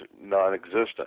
non-existent